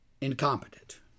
incompetent